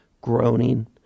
groaning